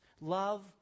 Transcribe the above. love